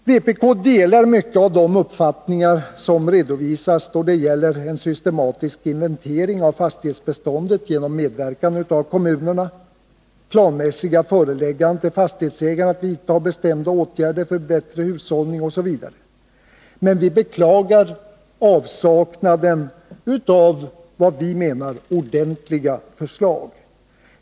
Vpk delar många av de uppfattningar som redovisas då det gäller en systematisk inventering av fastighetsbeståndet genom medverkan av kommunerna, planmässiga förelägganden till fastighetsägarna att vidta bestämda åtgärder för bättre hushållning, osv. Men vi beklagar avsaknaden av vad vi menar är ordentliga förslag.